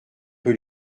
peu